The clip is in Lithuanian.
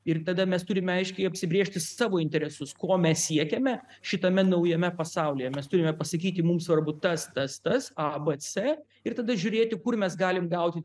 ir tada mes turime aiškiai apsibrėžti savo interesus ko mes siekiame šitame naujame pasaulyje mes turime pasakyti mums svarbu tas tas tas a b c ir tada žiūrėti kur mes galim gauti